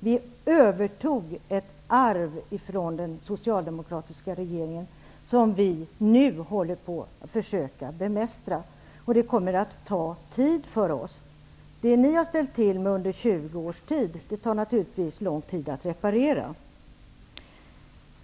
Vi övertog ett arv från den socialdemokratiska regeringen som vi nu försöker bemästra. Det kommer att ta tid för oss. Det ni har ställt till med under 20 års tid tar naturligtvis lång tid att reparera.